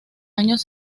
años